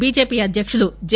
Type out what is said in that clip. BJP అధ్యక్షులు J